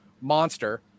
monster